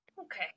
Okay